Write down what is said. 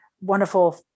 wonderful